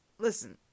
listen